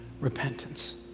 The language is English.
repentance